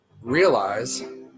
realize